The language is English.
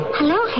Hello